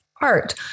art